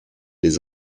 les